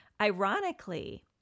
Ironically